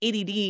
ADD